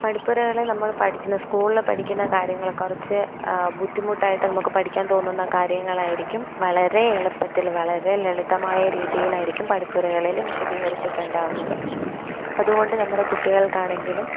പഠിപ്പുരകൾ നമ്മൾ സ്കൂളിൽ പഠിക്കുന്ന കാര്യങ്ങൾ കുറച്ച് ബുദ്ധിമുട്ടായിട്ട് നമുക്ക് പഠിക്കാൻ തോന്നുന്ന കാര്യങ്ങളായിരിക്കും വളരെ എളുപ്പത്തിൽ വളരെ ലളിതമായ രീതിയിലായിരിക്കും പഠിപ്പുരകളിൽ വിശദീകരിച്ചിട്ടുണ്ടാകുന്നത് അതുകൊണ്ട് നമ്മുടെ കുട്ടികൾക്കാണെങ്കിലും